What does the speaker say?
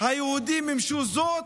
היהודים מימשו זאת,